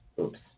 Oops